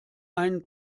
ein